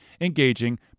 engaging